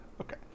Okay